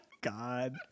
God